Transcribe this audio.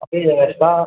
अभी ऐसा